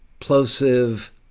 plosive